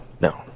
No